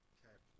Okay